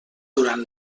durant